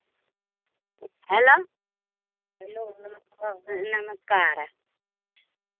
hello नमस्कार